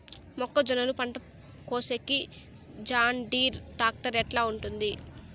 మొక్కజొన్నలు పంట కోసేకి జాన్డీర్ టాక్టర్ ఎట్లా ఉంటుంది?